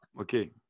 Okay